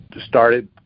started